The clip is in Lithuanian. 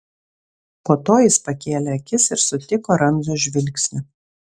po to jis pakėlė akis ir sutiko ramzio žvilgsnį